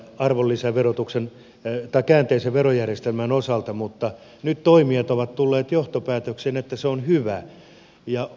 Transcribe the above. ristiriitaa oli käänteisen arvonlisäverojärjestelmän osalta mutta nyt toimijat ovat tulleet johtopäätökseen että se on hyvä